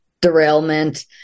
derailment